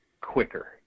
quicker